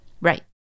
Right